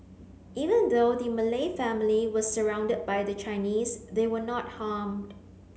even though the Malay family was surrounded by the Chinese they were not harmed